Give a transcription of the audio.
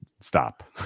stop